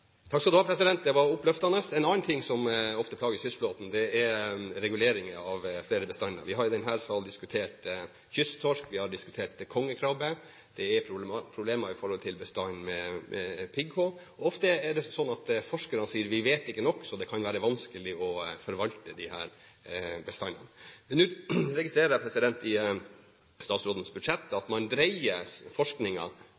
Det var oppløftende. En annen ting som ofte plager kystflåten, er reguleringer av flere bestander. Vi har jo i denne salen diskutert kysttorsk, vi har diskutert kongekrabbe, det er problemer med pigghå-bestanden. Ofte er det slik at forskerne sier at vi ikke vet nok, så det kan være vanskelig å forvalte disse bestandene. Men nå registrerer jeg i statsrådens budsjett